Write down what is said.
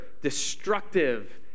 destructive